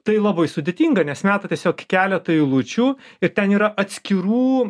tai labai sudėtinga nes meta tiesiog keletą eilučių ir ten yra atskirų